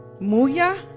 Muya